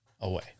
away